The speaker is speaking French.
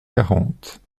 quarante